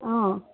অ